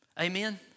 Amen